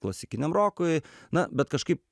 klasikiniam rokui na bet kažkaip